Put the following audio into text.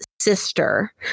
sister